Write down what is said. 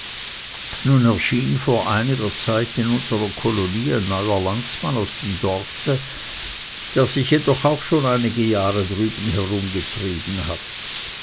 nun erschien vor einiger zeit in unserer kolonie ein neuer landsmann aus dem dorfe der sich jedoch auch schon einige jahre drüben herumgetrieben hat